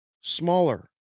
smaller